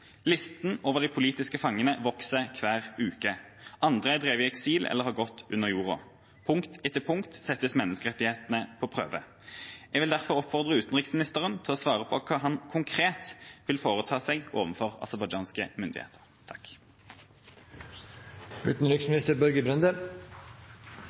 Listen over de politiske fangene vokser for hver uke. Andre er drevet i eksil eller har gått under jorden. Punkt for punkt settes menneskerettighetene på prøve. Jeg vil derfor oppfordre utenriksministeren til å svare på hva han konkret vil foreta seg overfor aserbajdsjanske myndigheter.